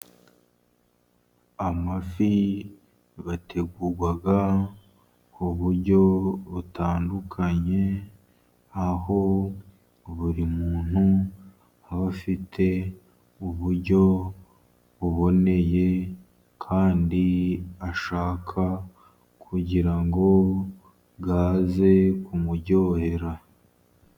Amafi ategurwa ku buryo butandukanye ,aho buri muntu aba afite uburyo buboneye, kandi ashaka kugira ngo aze kumuryohera.